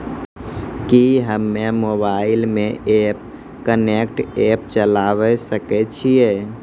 कि हम्मे मोबाइल मे एम कनेक्ट एप्प चलाबय सकै छियै?